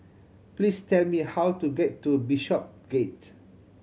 please tell me how to get to Bishopsgate